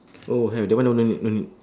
oh have that one that one no need no need